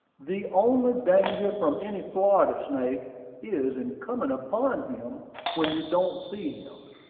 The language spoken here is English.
the only danger from any florida snake is in coming upon him when you don't see him.